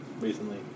Recently